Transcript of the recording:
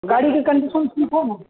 گاڑی کی کنڈیشن ٹھیک ہے نا